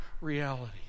reality